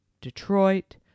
Detroit